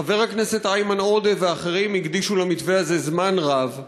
חבר הכנסת איימן עודה ואחרים הקדישו למתווה הזה זמן רב,